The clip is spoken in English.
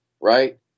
right